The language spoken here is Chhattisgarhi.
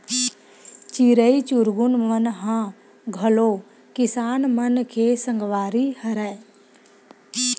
चिरई चिरगुन मन ह घलो किसान मन के संगवारी हरय